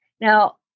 Now